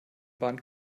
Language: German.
band